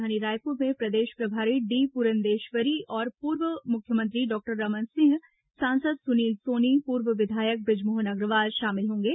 राजधानी रायपुर में प्रदेश प्रभारी डी पुरंदेश्वरी और पूर्व मुख्यमंत्री डॉक्टर रमन सिंह सांसद सुनील सोनी पूर्व विधायक बृजमोहन अग्रवाल शामिल होंगे